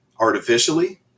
artificially